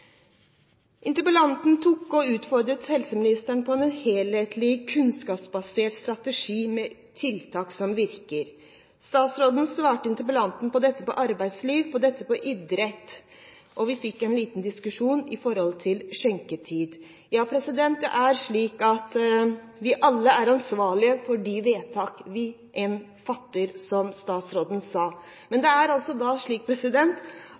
Interpellanten utfordret helseministeren på en helhetlig, kunnskapsbasert strategi, med tiltak som virker. Statsråden svarte interpellanten når det gjelder arbeidsliv og idrett, og vi fikk en liten diskusjon om skjenketid. Vi er, som statsråden sa, alle ansvarlige for de vedtak vi fatter. Men Stortinget er selv ansvarlig for at vi i denne og forrige periode ikke har vedtatt en